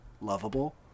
lovable